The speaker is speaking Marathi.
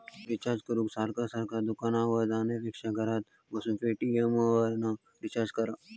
रिचार्ज करूक सारखा सारखा दुकानार जाण्यापेक्षा घरात बसान पेटीएमवरना रिचार्ज कर